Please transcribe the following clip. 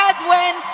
Edwin